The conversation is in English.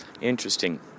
Interesting